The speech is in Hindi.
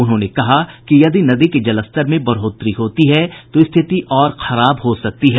उन्होंने कहा कि यदि नदी के जलस्तर में बढ़ोतरी होती है तो स्थिति और खराब हो सकती है